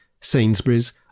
Sainsbury's